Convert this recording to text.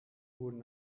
wurden